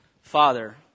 Father